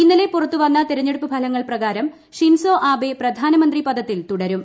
ഇന്നലെ പുറത്തുവന്ന തെരഞ്ഞെടുപ്പ് ഫലങ്ങൾ പ്രകാരം ഷിൻസോ ആബേ പ്രധാനമന്ത്രി പദത്തിൽ തുടരും